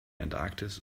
antarktis